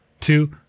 Two